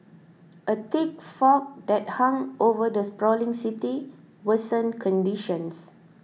a thick fog that hung over the sprawling city worsened conditions